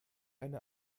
eine